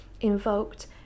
invoked